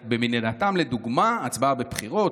לדוגמה: הצבעה בבחירות,